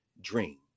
dream